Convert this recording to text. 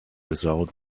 without